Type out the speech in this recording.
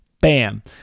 bam